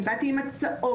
אני באתי עם הצעות,